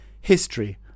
history